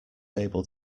able